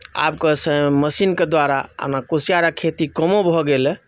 आबके सँ मशीनके द्वारा ओना कुशियारक खेती कमो भऽ गेलए